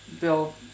Bill